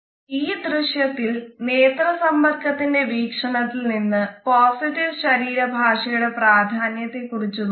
ഈ ദൃശ്യത്തിൽ നേത്ര സമ്പർക്കത്തിന്റെ വീക്ഷണത്തിൽ നിന്ന് പോസിറ്റീവ് ശരീര ഭാഷയുടെ പ്രാധാന്യത്തെ കുറിച്ച് നോക്കാം